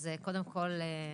אז קודם כל,